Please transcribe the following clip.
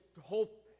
hope